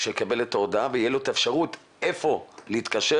שיקבל את ההודעה ותהיה לו האפשרות לאן להתקשר